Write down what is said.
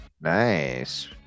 nice